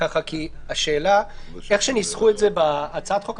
כפי שניסחו את זה בהצעת החוק הממשלתית,